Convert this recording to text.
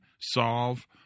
solve